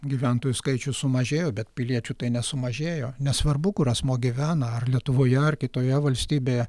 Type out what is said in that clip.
gyventojų skaičius sumažėjo bet piliečių tai nesumažėjo nesvarbu kur asmuo gyvena ar lietuvoje ar kitoje valstybėje